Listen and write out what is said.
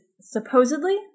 supposedly